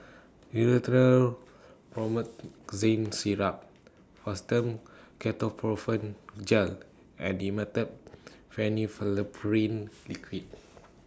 Rhinathiol Promethazine Syrup Fastum Ketoprofen Gel and Dimetapp Phenylephrine Liquid